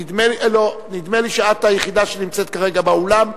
נדמה לי שאת היחידה שנמצאת כרגע באולם.